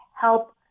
help